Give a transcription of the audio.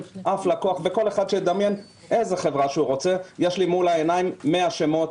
וכל אחד שידמיין איזו חברה שהוא רוצה - יש לי מול העיניים מאה שמות